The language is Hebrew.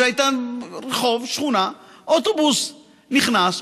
שהיו רחוב ושכונה ואוטובוס נכנס,